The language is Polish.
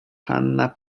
hanna